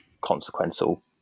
consequential